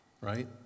right